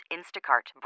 Instacart